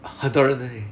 很多人 eh